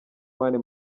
mani